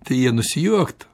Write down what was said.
tai jie nusijuokt